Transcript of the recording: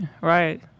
Right